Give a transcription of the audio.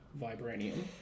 vibranium